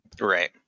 Right